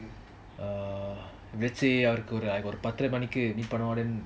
err let's say அவருக்கு ஒரு பாத்துரமணிகி:avaruku oru pathuramaniki meet பேணுவோம்:panuvom then